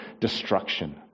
destruction